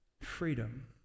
freedom